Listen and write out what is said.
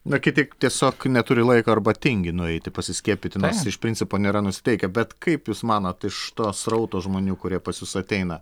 na kiti tiesiog neturi laiko arba tingi nueiti pasiskiepyti nes iš principo nėra nusiteikę bet kaip jūs manot iš to srauto žmonių kurie pas jus ateina